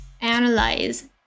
analyze